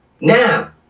now